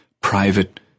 private